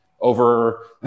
over